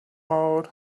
out